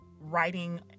writing